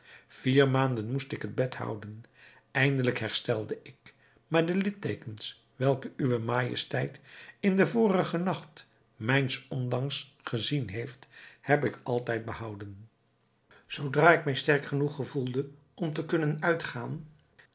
vier maanden moest ik het bed houden eindelijk herstelde ik maar de likteekens welke uwe majesteit in den vorigen nacht mijns ondanks gezien heeft heb ik altijd behouden zoodra ik mij sterk genoeg gevoelde om te kunnen uitgaan